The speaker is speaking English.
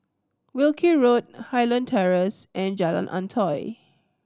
Wilkie Road Highland Terrace and Jalan Antoi